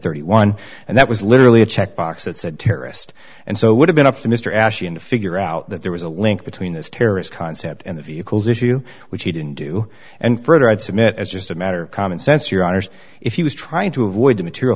thirty one and that was literally a checkbox that said terrorist and so would have been up to mr ashton to figure out that there was a link between this terrorist concept and the vehicles issue which he didn't do and further i'd submit as just a matter of common sense your honour's if he was trying to avoid the material